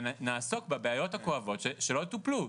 ונעסוק בבעיות הכואבות שלא טופלו,